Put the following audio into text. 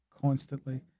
constantly